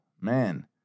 man